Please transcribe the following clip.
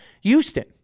Houston